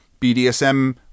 BDSM